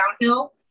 downhill